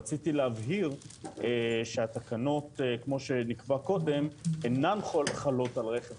רציתי להבהיר שהתקנות כמו שנקבע קודם אינן חלות על רכב